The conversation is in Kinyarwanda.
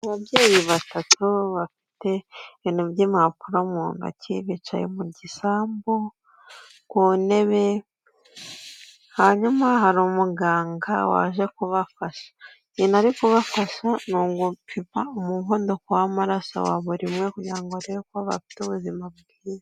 Ababyeyi batatu bafite ibintu by'impapuro mu ntoki bicaye mu gisambu ku ntebe, hanyuma hari umuganga waje kubafasha ibintu ari kubafasha ni ugupima umuvunduko w'amaraso wa buri umwe kugira ngo arebe ko bafite ubuzima bwiza.